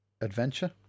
adventure